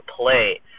play